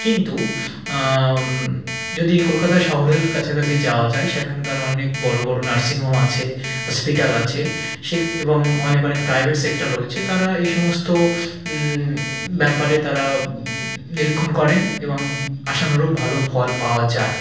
কিন্তু যদি কলকাতা শহরের কাছাকাছি যাওয়া যায় সেখানকার অনেক বড়ো বড়ো নার্সিং হোম আছে হসপিটাল আছে সে এবং অনেক অনেক প্রাইভেট সেক্টর রয়েছে তারা এই সমস্ত ব্যাপারে তারা নিরীক্ষণ করেন এবং আশানুরূপ ভালো ফল পাওয়া যায়